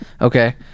Okay